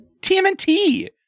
TMNT